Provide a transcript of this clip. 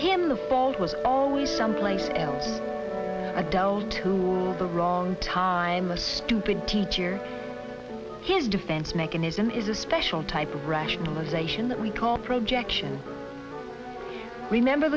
him the fault was always someplace else adult to the wrong time a stupid teacher his defense mechanism is a special type of rationalization that we call projection remember